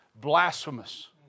blasphemous